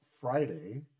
Friday